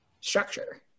structure